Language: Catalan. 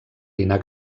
dinar